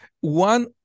one